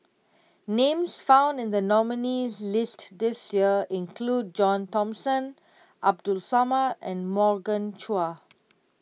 names found in the nominees' list this year include John Thomson Abdul Samad and Morgan Chua